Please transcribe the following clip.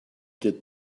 did